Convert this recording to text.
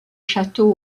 château